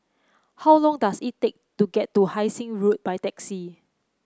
how long does it take to get to Hai Sing Road by taxi